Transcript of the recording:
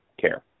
care